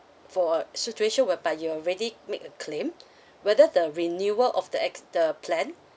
for situation whereby you already make a claim whether the renewal of the acc~ the plan